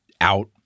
out